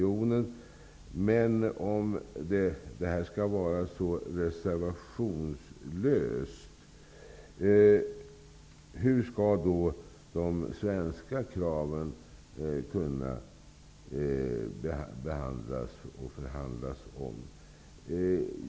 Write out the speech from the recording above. Om det skall vara så reservationslöst, hur skall då de svenska kraven kunna beaktas och förhandlas om?